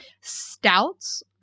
stouts